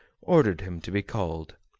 ordered him to be called.